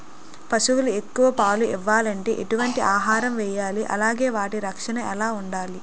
పశువులు ఎక్కువ పాలు ఇవ్వాలంటే ఎటు వంటి ఆహారం వేయాలి అలానే వాటి రక్షణ ఎలా వుండాలి?